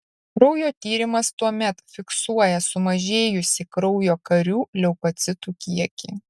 kraujo tyrimas tuomet fiksuoja sumažėjusį kraujo karių leukocitų kiekį